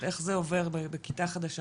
איך זה עובר בכיתה חדשה?